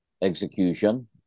execution